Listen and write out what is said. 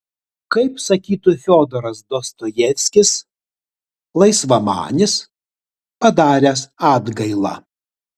kaip sakytų fiodoras dostojevskis laisvamanis padaręs atgailą